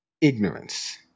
ignorance